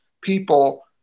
people